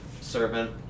servant